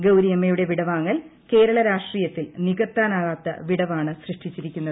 ഗൌരിയമ്മയുടെ വിടവാങ്ങൽ കേരള രാഷ്ട്രീയത്തിൽ നികത്താകാനാത്ത വിടവാണ് സൃഷ്ടിച്ചിരിക്കുന്നത്